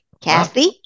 Kathy